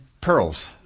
pearls